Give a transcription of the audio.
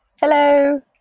Hello